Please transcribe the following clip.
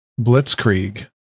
blitzkrieg